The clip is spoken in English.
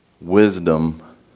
wisdom